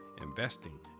investing